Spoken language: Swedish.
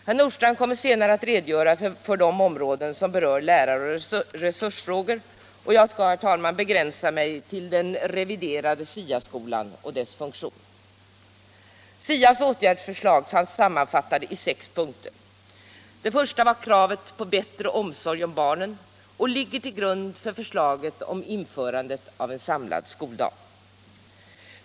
Herr Nordstrandh kommer senare att redogöra för de områden som berör läraroch resursfrågor och jag skall, herr talman, begränsa mig till den reviderade SIA-skolan och dess funktion. SIA:s åtgärdsförslag finns sammanfattade i sex punkter. Den första är kravet på bättre omsorg om barnen och ligger till grund för förslaget om införandet av en samlad skoldag.